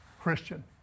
Christian